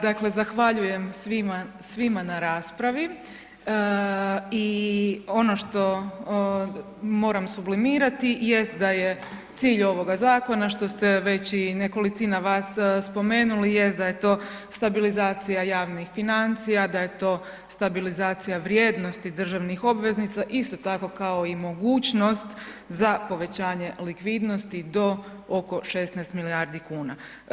Dakle, zahvaljujem svima na raspravi i ono što moram sublimirati jest da je cilj ovoga zakona, što ste već i nekolicina vas spomenuli jest da je to stabilizacija javnih financija, stabilizacija vrijednosti državnih obveznica, isto tako kao i mogućnost za povećanje likvidnosti do oko 16 milijardi kuna.